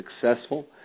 successful